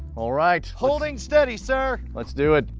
all right holding steady sir. let's do it.